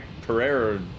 Pereira